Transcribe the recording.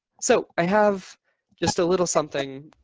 so i have just a little something.